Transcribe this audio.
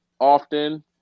Often